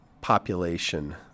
population